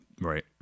Right